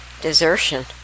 desertion